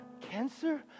cancer